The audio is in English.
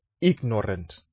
ignorant